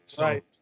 Right